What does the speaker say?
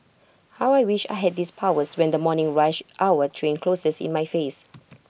how I wish I had these powers when the morning rush hour train closes in my face